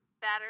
better